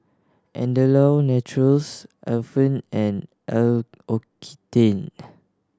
Andalou Naturals Alpen and L'Occitane